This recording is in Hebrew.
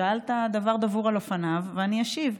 שאלת דבר דבור על אופניו, ואני אשיב.